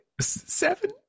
Seven